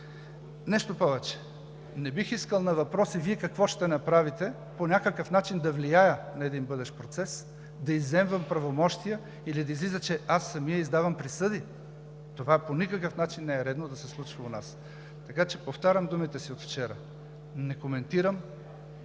Нещо повече, не бих искал на въпроса „Вие какво ще направите?“ по някакъв начин да влияя на един бъдещ процес, да изземвам правомощия или да излиза, че аз самият издавам присъди – това по никакъв начин не е редно да се случва у нас. Така че повтарям думите си от вчера – не коментирам,